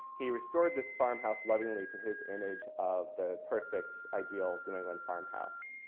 he restored this farmhouse lovingly to his image of the perfect ideal new england farmhouse.